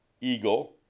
eagle